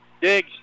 Dig